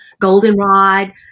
goldenrod